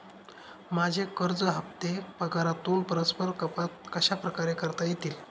माझे कर्ज हफ्ते पगारातून परस्पर कपात कशाप्रकारे करता येतील?